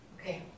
Okay